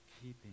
keeping